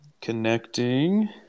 Connecting